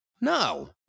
no